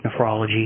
nephrology